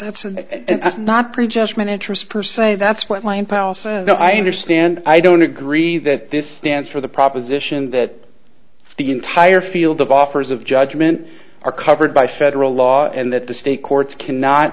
that's not pre judge miniatures per se that's what line pal says no i understand i don't agree that this stands for the proposition that the entire field of offers of judgment are covered by federal law and that the state courts cannot